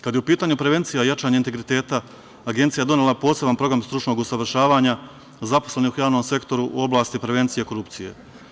Kada je u pitanju prevencija jačanja integriteta, Agencija je donela poseban program stručnog usavršavanja zaposlenih u javnom sektoru u oblasti prevencije korupcije.